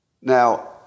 Now